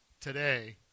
today